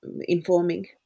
Informing